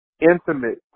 intimate